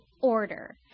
order